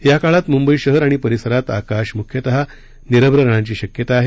याकाळात मुंबई शहर आणि परिसरात आकाश मुख्यतः निरभ्र राहण्याची शक्यता आहे